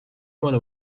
مال